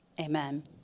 Amen